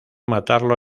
matarlo